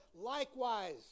Likewise